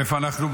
איפה אנחנו?